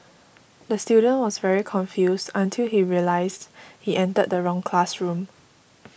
the student was very confused until he realised he entered the wrong classroom